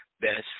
best